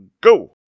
go